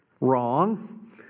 wrong